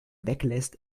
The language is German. weglässt